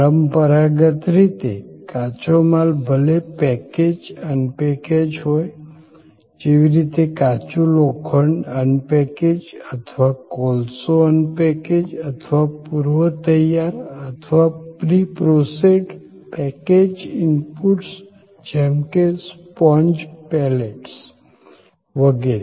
પરંપરાગત રીતે કાચો માલ ભલે પેકેજ અનપેકેજ હોય જેવી રીતે કાચું લોખંડ અનપેકેજ અથવા કોલસો અનપેકેજ અથવા પૂર્વ તૈયાર અથવા પ્રી પ્રોસેસ્ડ પેકેજ્ડ ઇનપુટ્સ જેમ કે સ્પોન્જ પેલેટ્સ વગેરે